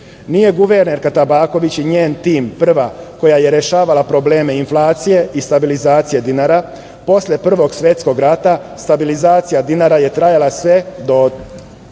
guvernerka Tabaković i njen tim prva koja je rešavala probleme inflacije i stabilizacije dinara. Posle Prvog svetskog rata stabilizacija dinara je trajala sve do 1931.